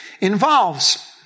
involves